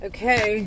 Okay